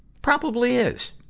probably is.